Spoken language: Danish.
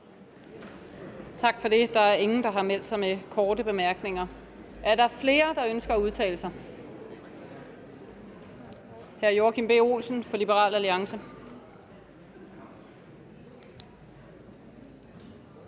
Tak for det. Der er ingen, der har meldt sig med korte bemærkninger. Er der flere, der ønsker at udtale sig? Hr. Joachim B. Olsen fra Liberal Alliance.